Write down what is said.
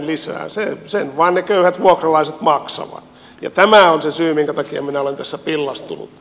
sen vain ne köyhät vuokralaiset maksavat ja tämä on se syy minkä takia minä olen tässä pillastunut